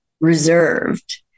reserved